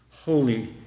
Holy